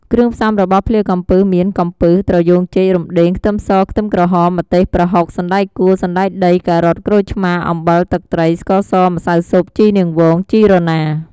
គ្រឿងផ្សំរបស់ភ្លាកំពឹសមាន កំពឹស ត្រយូងចេក រំដេង ខ្ទឹមស ខ្ទឹមក្រហម ម្ទេស ប្រហុក សណ្តែកគួរ សណ្តែកដី ការ៉ុត ក្រូចឆ្មា អំបិល ទឹកត្រី ស្ករស ម្សៅស៊ុប ជីនាងវង ជីរណា។